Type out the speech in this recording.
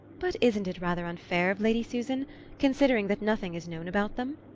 but isn't it rather unfair of lady susan considering that nothing is known about them?